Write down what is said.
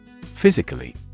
Physically